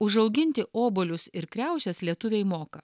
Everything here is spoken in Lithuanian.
užauginti obuolius ir kriaušes lietuviai moka